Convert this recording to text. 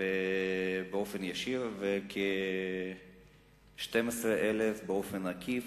באופן ישיר, וכ-12,000 באופן עקיף.